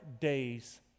days